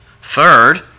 Third